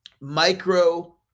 micro